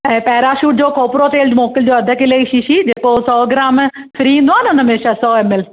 ऐं पैराशूट जो खोपरो तेल मोकिलिजो अधु किले जी शीशी जेको सौ ग्राम फ्री ईंदो आहे न हुन में छह सौ एम एल